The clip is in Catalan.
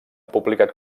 publicat